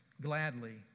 gladly